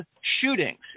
shootings